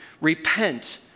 Repent